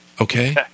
okay